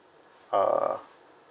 uh